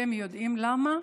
אתם יודעים למה?